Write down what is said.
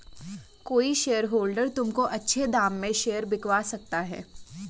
कोई शेयरहोल्डर तुमको अच्छे दाम में शेयर बिकवा सकता है